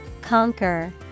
Conquer